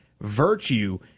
virtue